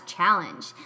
Challenge